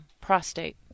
prostate